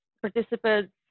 Participants